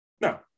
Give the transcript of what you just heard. no